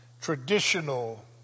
traditional